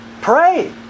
Pray